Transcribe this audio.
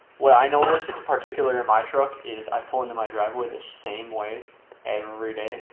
what i noticed, particularly in my truck, is i pull into my driveway the same way every day,